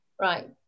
Right